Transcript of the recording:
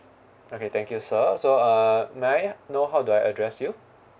okay thank you sir so uh may I know how do I address you